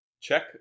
Check